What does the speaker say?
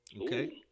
Okay